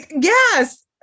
Yes